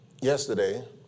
Yesterday